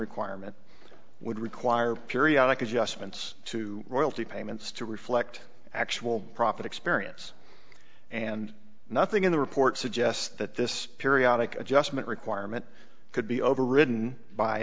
requirement would require periodic adjustments to royalty payments to reflect actual profit experience and nothing in the report suggests that this periodic adjustment requirement could be overridden by